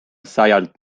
sajalt